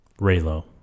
Raylo